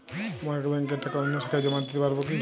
আমার এক ব্যাঙ্কের টাকা অন্য শাখায় জমা দিতে পারব কি?